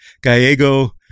gallego